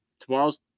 Tomorrow's